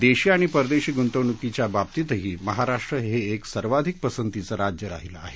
देशी आणि परदेशी गुंतवणूकीच्या बाबतीतही महाराष्ट्र हे एक सर्वाधिक पसंतीचं राज्य राहिलं आहे